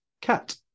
Cat